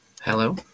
Hello